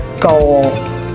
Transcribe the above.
goal